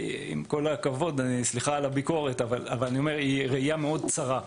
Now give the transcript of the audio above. היא ראייה מאוד צרה.